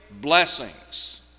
blessings